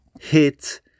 hit